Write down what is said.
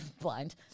blind